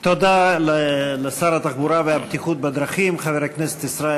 תודה לשר התחבורה והבטיחות בדרכים חבר הכנסת ישראל